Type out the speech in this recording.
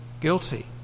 guilty